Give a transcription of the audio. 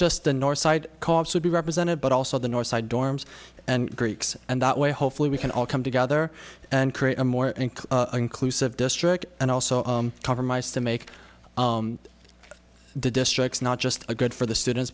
just the northside would be represented but also the north side dorms and greeks and that way hopefully we can all come together and create a more inclusive district and also cover mice to make the districts not just good for the students